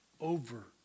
over